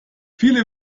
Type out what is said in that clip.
viele